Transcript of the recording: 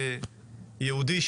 כיהודי,